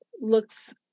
looks